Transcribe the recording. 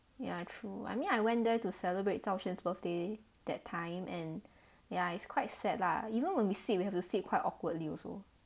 ya true I mean I went there to celebrate 赵势 's birthday that time and ya it's quite sad lah even when we sit we have to sit quite awkwardly also